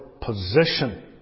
position